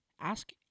Ask